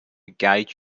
guide